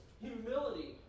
humility